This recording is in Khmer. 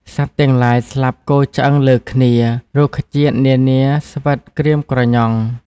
សត្វទាំងឡាយស្លាប់គរឆ្អឹងលើគ្នា រុក្ខជាតិនានាស្វិតក្រៀមក្រញ៉ង់។